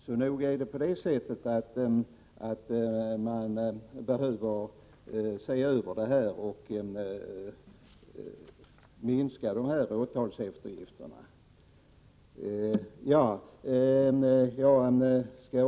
Så nog behöver man se över det här området och minska antalet åtalseftergifter.